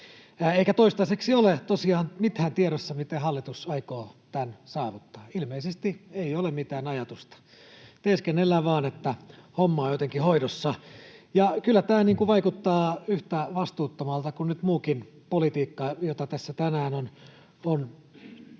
eikä toistaiseksi ole tosiaan tiedossa mitään, miten hallitus aikoo tämän saavuttaa. Ilmeisesti ei ole mitään ajatusta. Teeskennellään vaan, että homma on jotenkin hoidossa. Kyllä tämä vaikuttaa yhtä vastuuttomalta kuin nyt muukin politiikka, jota tässä tänään on